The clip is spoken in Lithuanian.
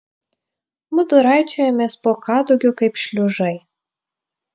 mudu raičiojomės po kadugiu kaip šliužai